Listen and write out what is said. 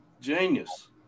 Genius